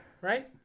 Right